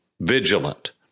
vigilant